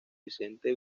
vicente